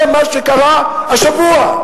זה מה שקרה השבוע.